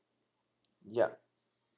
yup